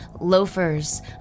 loafers